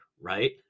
right